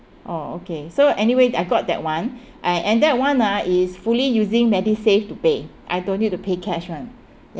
orh okay so anyway I got that [one] I and that [one] ah is fully using medisave to pay I don't need to pay cash [one]